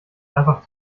einfach